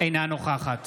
אינה נוכחת